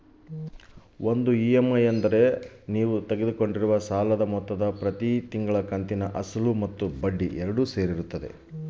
ಒಂದು ಇ.ಎಮ್.ಐ ಅಂದ್ರೆ ಅಸಲು ಮತ್ತೆ ಬಡ್ಡಿ ಎರಡು ಸೇರಿರ್ತದೋ ಅಥವಾ ಬರಿ ಬಡ್ಡಿ ಮಾತ್ರನೋ?